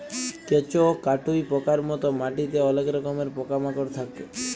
কেঁচ, কাটুই পকার মত মাটিতে অলেক রকমের পকা মাকড় থাক্যে